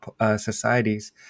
societies